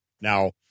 Now